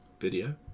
video